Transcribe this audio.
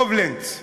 קובלנץ,